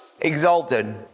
exalted